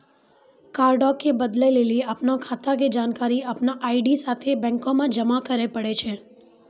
कार्डो के बदलै लेली अपनो खाता के जानकारी अपनो आई.डी साथे बैंको मे जमा करै पड़ै छै